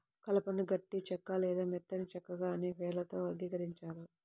కలపను గట్టి చెక్క లేదా మెత్తని చెక్కగా అనే పేర్లతో వర్గీకరించారు